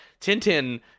Tintin